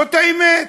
זאת האמת.